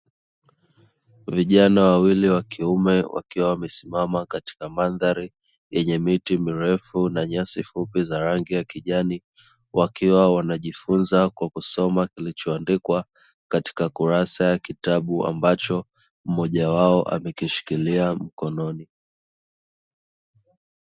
Vijana wawili wakiume wakiwa wamesimama katika mandhari yenye miti mirefu na nyasi fupi zenye rangi ya kijani, wakiwa wanajifunza kwa kusoma kilichoandikwa katika kurasa ya kitabu ambacho mmoja wao amekishikilia mkononi.